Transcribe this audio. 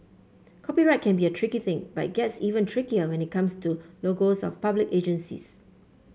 copyright can be a tricky thing but it gets even trickier when it comes to logos of public agencies